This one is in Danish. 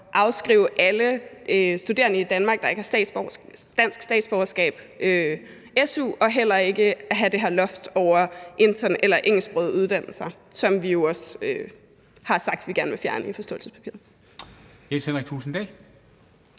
afskrive alle studerende i Danmark, der ikke har dansk statsborgerskab, su, og heller ikke at have det her loft over engelsksprogede uddannelser, som vi i forståelsespapiret